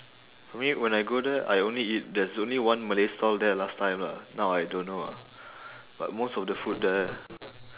for me when I go there I only eat there's only one malay stall there last time lah now I don't know ah but most of the food there